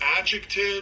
adjective